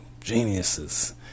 geniuses